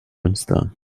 münster